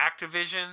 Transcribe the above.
Activision